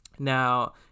Now